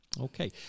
Okay